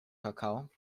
kakao